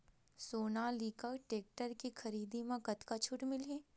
Sonalika tractor के खरीदी मा कतका छूट मीलही?